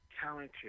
talented